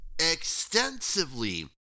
extensively